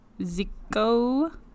Zico